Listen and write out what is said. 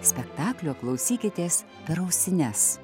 spektaklio klausykitės per ausines